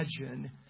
imagine